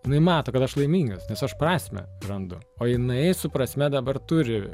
jinai mato kad aš laimingas nes aš prasmę randu o jinai su prasme dabar turi